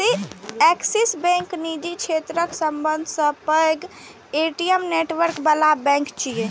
Axis Bank निजी क्षेत्रक सबसं पैघ ए.टी.एम नेटवर्क बला बैंक छियै